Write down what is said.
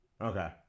Okay